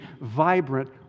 vibrant